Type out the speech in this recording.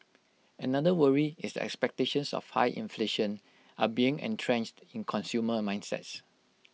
another worry is that expectations of high inflation are becoming entrenched in consumer mindsets